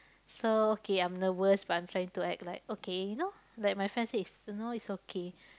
so okay I'm nervous but I'm trying to act like okay you know like my friend says y~ know it's okay